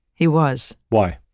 he was. why?